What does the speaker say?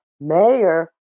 mayor